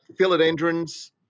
Philodendrons